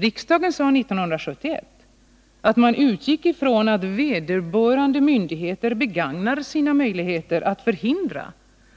Riksdagen sade 1971 att man utgick ifrån att vederbörande myndigheter begagnar sina möjligheter att förhindra